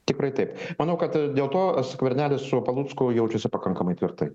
tikrai taip manau kad dėl to skvernelis su palucku jaučiasi pakankamai tvirtai